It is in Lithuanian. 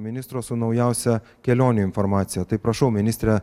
ministro su naujausia kelionių informacija tai prašau ministre